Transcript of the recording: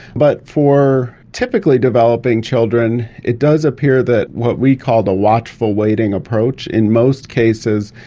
but for typically developing children, it does appear that what we call the watchful waiting approach in most cases,